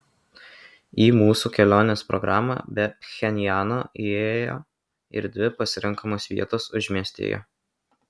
į mūsų kelionės programą be pchenjano įėjo ir dvi pasirenkamos vietos užmiestyje